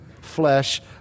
flesh